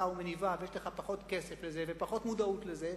ומניבה ויש לך פחות כסף ופחות מודעות לזה,